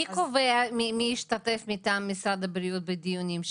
מי קובע מי ישתתף מטעם משרד הבריאות בדיונים שלנו?